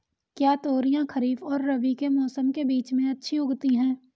क्या तोरियां खरीफ और रबी के मौसम के बीच में अच्छी उगती हैं?